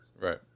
Right